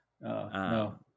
no